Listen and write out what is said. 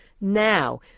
now